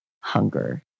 hunger